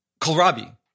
kohlrabi